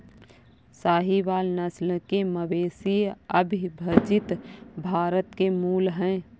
साहीवाल नस्ल के मवेशी अविभजित भारत के मूल हैं